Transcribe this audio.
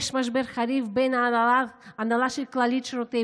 יש משבר חריף בין ההנהלה של כללית שירותי